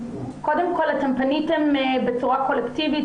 קודם כל, פניתם בצורה קולקטיבית.